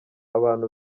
abantu